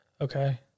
Okay